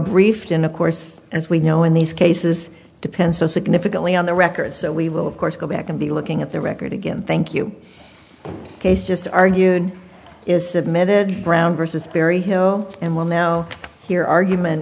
briefed and of course as we know in these cases depends so significantly on the records that we will of course go back and be looking at the record again thank you case just argued is submitted brown versus barry hill and will now hear argument